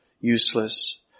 useless